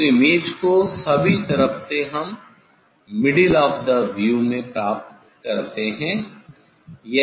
उस इमेज को सभी तरफ से हम मिडिल ऑफ़ दी व्यू में प्राप्त करते हैं